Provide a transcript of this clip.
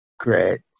Great